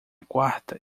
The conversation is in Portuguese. quarta